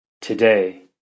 today